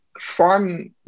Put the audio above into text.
farm